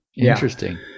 interesting